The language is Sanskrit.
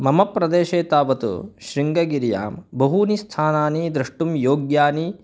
मम प्रदेशे तावत् शृङ्गगिरौ बहूनि स्थानानि द्रष्टुं योग्यानि